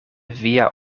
via